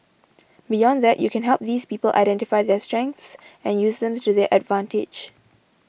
beyond that you can help these people identify their strengths and use them to their advantage